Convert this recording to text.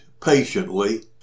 patiently